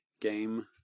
game